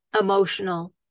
emotional